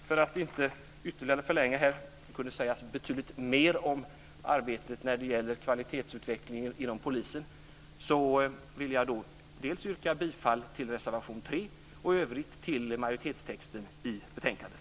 Jag ska inte ytterligare förlänga debatten. Det kunde sägas betydligt mer om arbetet med kvalitetsutvecklingen inom polisen. Jag vill yrka bifall till reservation 3 och i övrigt till utskottets majoritetstext i betänkandet.